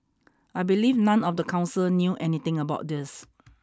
I believe none of the council knew anything about this